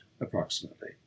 approximately